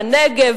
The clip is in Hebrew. בנגב,